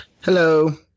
Hello